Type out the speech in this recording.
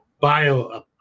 bio